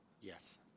Yes